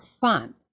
fun